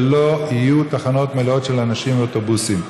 שלא יהיו תחנות מלאות באנשים ובאוטובוסים,